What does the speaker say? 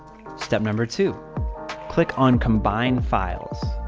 step number two click on combine files.